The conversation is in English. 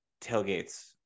tailgates